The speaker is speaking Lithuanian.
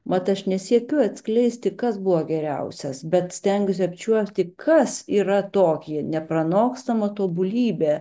mat aš nesiekiu atskleisti kas buvo geriausias bet stengiuosi apčiuopti kas yra tokia nepranokstama tobulybė